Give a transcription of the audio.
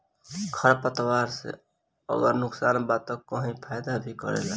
खर पतवार से अगर नुकसान बा त कही फायदा भी करेला